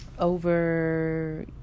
Over